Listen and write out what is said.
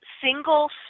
single